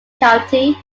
county